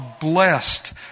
blessed